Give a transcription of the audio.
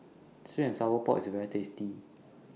Sweet and Sour Pork IS very tasty